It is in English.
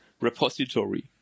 repository